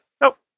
Nope